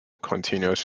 continuous